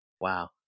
Wow